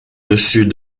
dessus